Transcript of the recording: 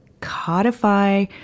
codify